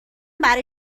برا